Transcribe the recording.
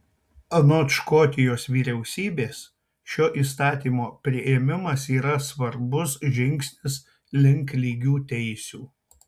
anot škotijos vyriausybės šio įstatymo priėmimas yra svarbus žingsnis link lygių teisių